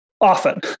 often